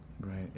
right